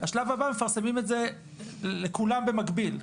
בשלב הבא מפרסמים את זה לכולם במקביל.